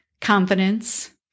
confidence